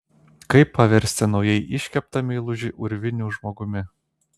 kaip paversti naujai iškeptą meilužį urviniu žmogumi